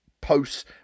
posts